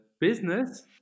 business